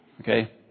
Okay